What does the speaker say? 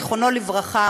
זיכרונו לברכה,